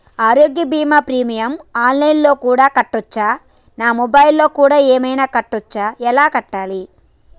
ఆరోగ్య బీమా premium online లో కూడా కట్టచ్చా? నా మొబైల్లో కూడా ఏమైనా కట్టొచ్చా? ఎలా కట్టాలి?